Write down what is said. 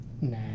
Nah